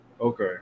Okay